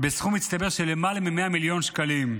בסכום מצטבר של למעלה מ-100 מיליון שקלים,